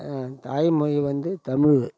தாய்மொழி வந்து தமிழ்